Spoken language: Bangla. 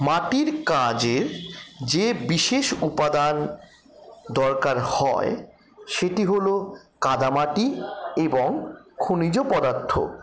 মাটির কাজের যে বিশেষ উপাদান দরকার হয় সেটি হল কাদা মাটি এবং খনিজ পদার্থ